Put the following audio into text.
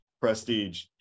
Prestige